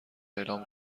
اعلام